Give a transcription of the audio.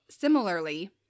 Similarly